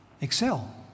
Excel